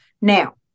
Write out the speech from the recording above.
Now